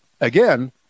Again